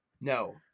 no